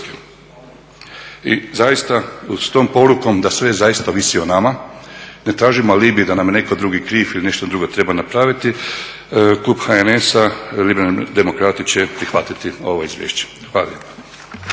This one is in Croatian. Zaista s tom porukom da sve zaista ovisi o nama, ne tražimo alibi da nam je netko drugi kriv ili nešto drugo treba napraviti. Klub HNS-a, Liberalni demokrati će prihvatiti ovo izvješće. Hvala